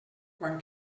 quan